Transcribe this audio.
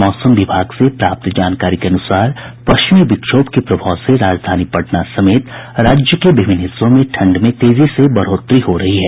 मौसम विभाग से प्राप्त जानकारी के अनुसार पश्चिमी विक्षोभ के प्रभाव से राजधानी पटना समेत राज्य के विभिन्न हिस्सों में ठंड में तेजी से बढ़ोतरी हो रही है